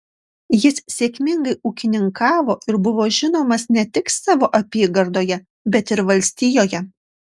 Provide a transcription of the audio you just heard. jis sėkmingai ūkininkavo ir buvo žinomas ne tik savo apygardoje bet ir valstijoje